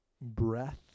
Breath